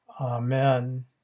Amen